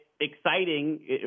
exciting